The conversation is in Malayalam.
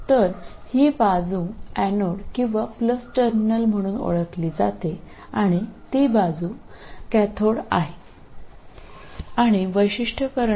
അതിനാൽ ഈ വശം ആനോഡ് അല്ലെങ്കിൽ പ്ലസ് ടെർമിനൽ എന്നും ആ വശം കാഥോഡ് എന്നും അറിയപ്പെടുന്നു